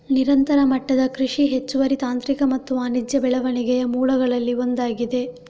ನಿರಂತರ ಮಟ್ಟದ ಕೃಷಿ ಹೆಚ್ಚುವರಿ ತಾಂತ್ರಿಕ ಮತ್ತು ವಾಣಿಜ್ಯ ಬೆಳವಣಿಗೆಯ ಮೂಲಗಳಲ್ಲಿ ಒಂದಾಗಿದೆ